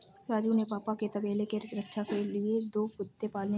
राजू के पापा ने तबेले के रक्षा के लिए दो कुत्ते पाले हैं